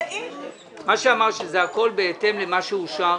אמרת שהכול בהתאם למה שאושר,